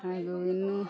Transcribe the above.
ಹಾಗು ಇನ್ನು